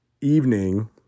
evening